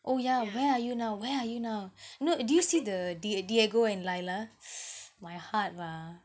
oh yeah where are you now where are you now you know did you see the di~ diego and lila my heart mah